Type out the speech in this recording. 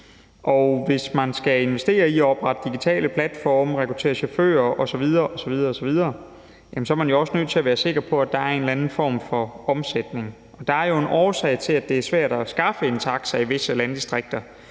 Hvis man skal investere i at oprette digitale platforme, rekruttere chauffører osv. osv., er man også nødt til at være sikker på, at der er en eller anden form for omsætning. Der er jo en årsag til, at det er svært at skaffe en taxa i visse landdistrikter.